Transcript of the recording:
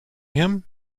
him